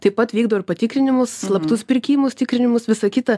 taip pat vykdo ir patikrinimus slaptus pirkimus tikrinimus visa kita